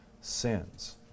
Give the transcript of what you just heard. sins